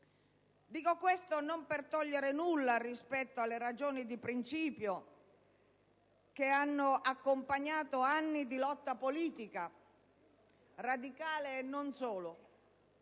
Dico questo senza nulla togliere alle ragioni di principio che hanno accompagnato anni di lotta politica (radicale e non solo)